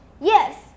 Yes